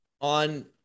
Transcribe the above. on